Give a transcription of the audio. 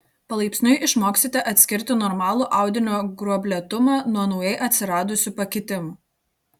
palaipsniui išmoksite atskirti normalų audinio gruoblėtumą nuo naujai atsiradusių pakitimų